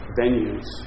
venues